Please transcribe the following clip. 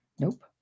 Nope